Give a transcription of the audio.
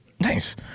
Nice